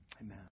Amen